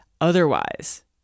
otherwise